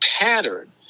pattern